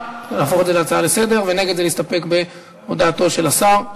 נגד זה להסתפק בהודעתו של השר.